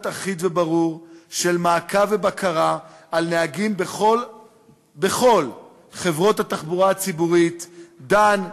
אחיד וברור של מעקב ובקרה על נהגים בכל חברות התחבורה הציבורית "דן",